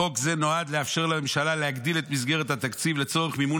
חוק זה נועד לאפשר לממשלה להגדיל את מסגרת התקציב לצורך מימון